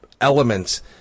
elements